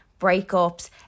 breakups